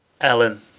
Ellen